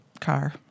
Car